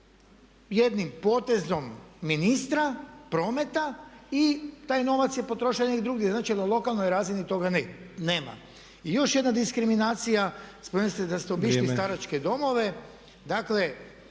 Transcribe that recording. jednim potezom ministra prometa i taj novac je potrošen negdje drugdje. Znači na lokalnoj razini toga nema. I još jedna diskriminacija, spomenuli ste da ste obišli staračke domove,